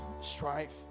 strife